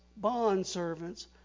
bondservants